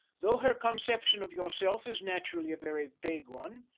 though her conception of yourself is naturally a very vague one,